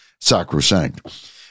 sacrosanct